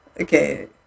okay